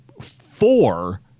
four